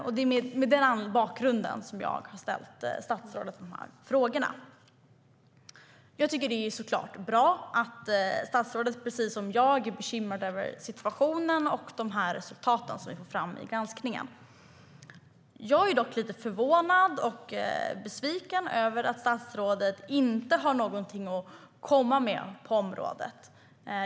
Det är mot den bakgrunden jag har ställt mina frågor till statsrådet. Jag tycker såklart att det är bra att statsrådet precis som jag är bekymrad över situationen och de resultat som kom fram i granskningen. Jag är dock lite förvånad och besviken över att statsrådet inte har någonting att komma med på området.